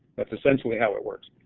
that is essentially how it works.